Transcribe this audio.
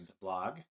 blog